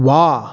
व्वा